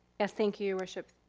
ah thank you your worship.